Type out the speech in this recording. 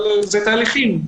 זה תהליכים.